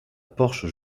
porsche